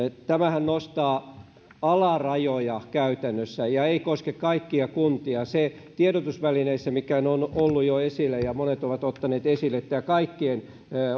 nostaa alarajoja käytännössä ja ei koske kaikkia kuntia se mikä tiedotusvälineissä on ollut jo esillä ja minkä monet ovat ottaneet esille että tämä kaikkien